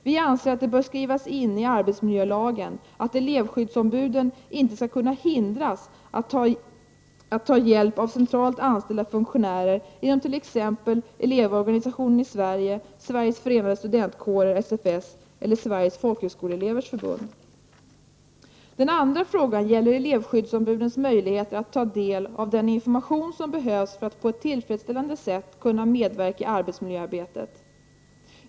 Vi anser att det bör skrivas in i arbetsmiljölagen att elevskyddsombuden inte skall kunna hindras att ta hjälp av centralt anställda funktionärer inom t.ex. Elevorganisationen i Sverige, Sveriges förenade studentkårer eller Sveriges folkhögskoleelevers förbund. Den andra frågan gäller elevskyddsombudens möjligheter att ta del av den information som behövs för att på ett tillfredsställande sätt kunna medverka i arbetsmiljöarbetet.